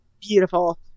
Beautiful